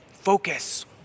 focus